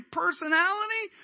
personality